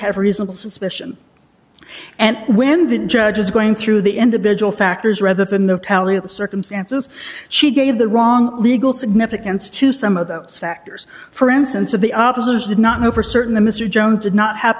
have reasonable suspicion and when the judge is going through the individual factors rather than the tally of the circumstances she gave the wrong legal significance to some of those factors for instance of the opposition did not know for certain the mr jones did not have